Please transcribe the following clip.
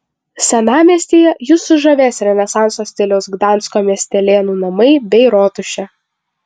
senamiestyje jus sužavės renesanso stiliaus gdansko miestelėnų namai bei rotušė